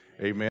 amen